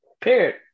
Period